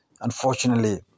unfortunately